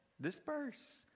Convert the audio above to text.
Disperse